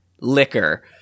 liquor